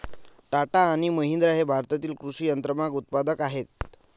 टाटा आणि महिंद्रा हे भारतातील कृषी यंत्रमाग उत्पादक आहेत